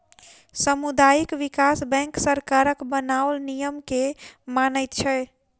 सामुदायिक विकास बैंक सरकारक बनाओल नियम के मानैत छै